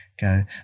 go